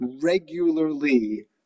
regularly